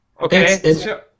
Okay